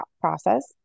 process